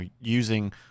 using